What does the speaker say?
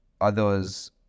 others